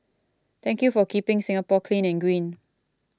thank you for keeping Singapore clean and green